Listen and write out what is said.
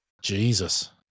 Jesus